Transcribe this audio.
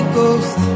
Ghost